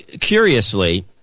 curiously